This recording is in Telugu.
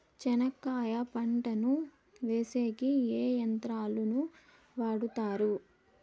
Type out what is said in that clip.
చెనక్కాయ పంటను వేసేకి ఏ యంత్రాలు ను వాడుతారు?